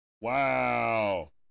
Wow